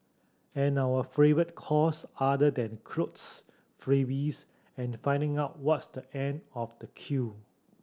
and our favourite cause other than clothes freebies and finding out what's the end of the queue